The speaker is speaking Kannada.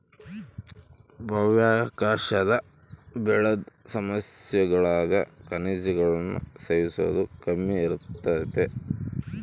ಬಾಹ್ಯಾಕಾಶದಾಗ ಬೆಳುದ್ ಸಸ್ಯಗುಳಾಗ ಖನಿಜಗುಳ್ನ ಸೇವಿಸೋದು ಕಮ್ಮಿ ಇರ್ತತೆ